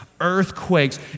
earthquakes